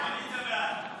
חבר הכנסת מלכיאלי, תודה.